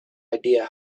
idea